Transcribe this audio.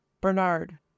Bernard